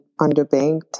underbanked